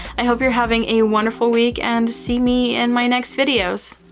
i hope you're having a wonderful week and see me in my next videos.